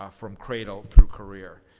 ah from cradle through career.